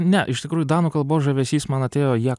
ne iš tikrųjų danų kalbos žavesys man atėjo ją